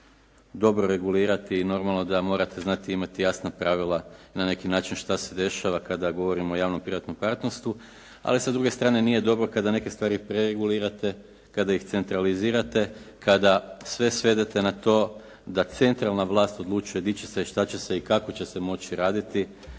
dobro regulirati i normalno da morate znati i imati jasna pravila na neki način šta se dešava kada govorimo o javno-privatnom partnerstvu, ali sa druge strane nije dobro kada neke stvari preregulirate, kada ih centralizirate, kada sve svedete na to da centralna vlasat odlučuje gdje će se, šta će se i kako će se moći raditi,